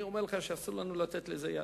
אני אומר לכם שאסור לנו לתת לזה יד.